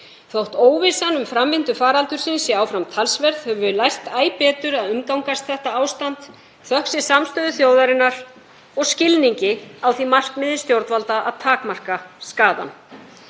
Þótt óvissan um framvindu faraldursins sé áfram talsverð höfum við lært æ betur að umgangast þetta ástand, þökk sé samstöðu þjóðarinnar og skilningi á því markmiði stjórnvalda að takmarka skaðann.